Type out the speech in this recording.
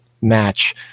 match